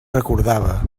recordava